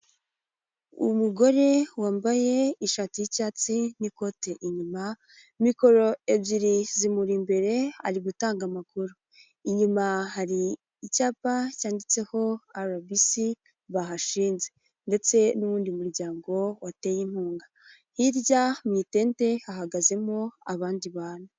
Umugore wambaye ishati y'icyatsi n'ikote inyuma, mikoro ebyiri zimuri imbere ari gutanga amakuru, inyuma hari icyapa cyanditseho RBC bahashinze ndetse n'uwundi muryango wateye inkunga, hirya mu itente hahagazemo abandi bantu.